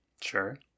Sure